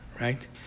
right